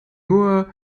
moore